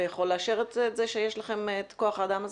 אתה יכול לאשר את זה שיש לכם את כוח האדם הזה?